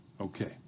Okay